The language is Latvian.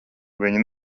viņi